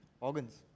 Organs